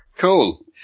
Cool